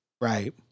Right